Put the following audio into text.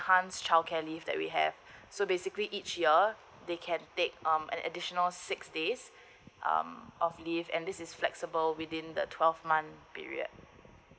enhanced childcare leave that we have so basically each year they can take um an additional six days um of leave and this is flexible within the twelve month period